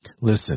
Listen